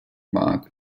marc